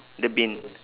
the bin